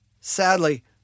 Sadly